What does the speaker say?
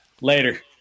Later